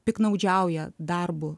piktnaudžiauja darbu